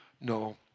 No